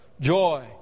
joy